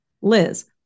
Liz